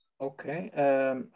Okay